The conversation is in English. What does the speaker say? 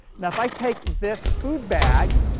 now if i take this food bag,